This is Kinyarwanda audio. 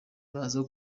baza